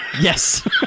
Yes